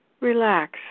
Relax